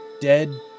dead